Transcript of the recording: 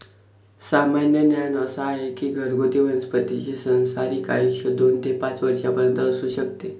सामान्य ज्ञान असा आहे की घरगुती वनस्पतींचे सरासरी आयुष्य दोन ते पाच वर्षांपर्यंत असू शकते